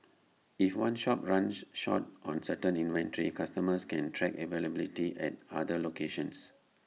if one shop runs short on certain inventory customers can track availability at other locations